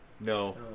no